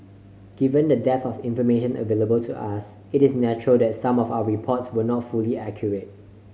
given the dearth of information available to us it is natural that some of our reports were not fully accurate